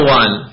one